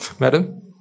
Madam